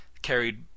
carried